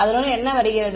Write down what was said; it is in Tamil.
அதனுடன் என்ன வருகிறது